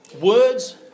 words